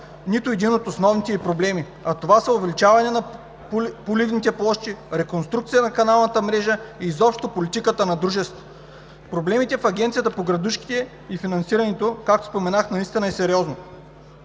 нито един от основните им проблеми – увеличаване на поливните площи, реконструкция на каналната мрежа, изобщо политиката на Дружеството. Проблемите в Агенцията за борба с градушките и финансирането, както споменах, наистина са сериозни.